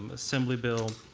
um assembly bill